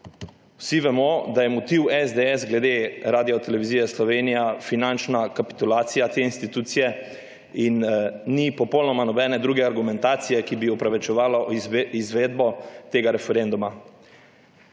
Vsi vemo, da je motiv SDS glede Radiotelevizije Slovenija finančna kapitulacija te institucije in ni popolnoma nobene druge argumentacije, ki bi opravičevala izvedbo tega referenduma.